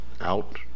out